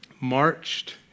Marched